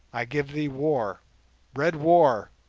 i give thee war red war!